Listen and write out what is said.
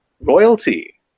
royalty